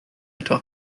etwa